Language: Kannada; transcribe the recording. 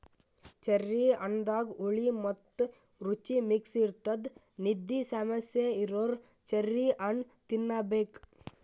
ಚೆರ್ರಿ ಹಣ್ಣದಾಗ್ ಹುಳಿ ಮತ್ತ್ ರುಚಿ ಮಿಕ್ಸ್ ಇರ್ತದ್ ನಿದ್ದಿ ಸಮಸ್ಯೆ ಇರೋರ್ ಚೆರ್ರಿ ಹಣ್ಣ್ ತಿನ್ನಬೇಕ್